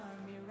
army